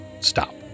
stop